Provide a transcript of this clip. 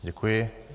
Děkuji.